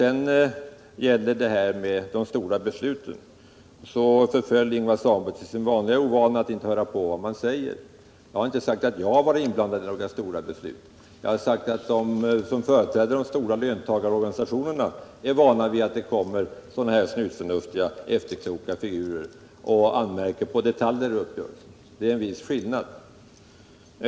När det gäller detta med de stora besluten, så förföll Ingvar Svanberg till sin ovana att inte höra på vad man säger. Jag har inte sagt att jag varit inblandad i några stora beslut. Jag har sagt att de som företräder de stora löntagarorganisationerna är vana vid att det kommer snusförnuftiga och efterkloka figurer och anmärker på detaljer i uppgörelserna. Det är en viss skillnad.